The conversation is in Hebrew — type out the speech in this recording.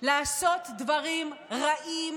לעשות דברים רעים